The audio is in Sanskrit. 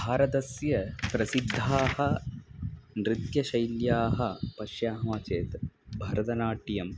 भारतस्य प्रिसिद्धाः नृत्यशैल्याः पश्यामः चेत् भरतनाट्यम्